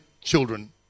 children